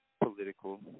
political